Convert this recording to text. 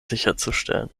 sicherzustellen